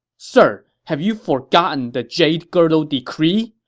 sir, have you forgotten the jade girdle decree!